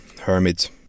hermit